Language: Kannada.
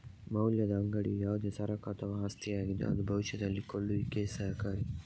ಮೌಲ್ಯದ ಅಂಗಡಿಯು ಯಾವುದೇ ಸರಕು ಅಥವಾ ಆಸ್ತಿಯಾಗಿದ್ದು ಅದು ಭವಿಷ್ಯದಲ್ಲಿ ಕೊಳ್ಳುವಿಕೆಗೆ ಸಹಕಾರಿ